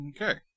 Okay